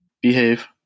behave